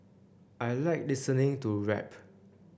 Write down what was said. I like listening to rap